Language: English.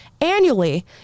annually